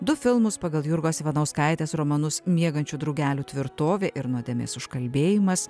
du filmus pagal jurgos ivanauskaitės romanus miegančių drugelių tvirtovė ir nuodėmės užkalbėjimas